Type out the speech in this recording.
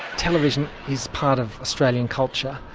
television is part of australian culture.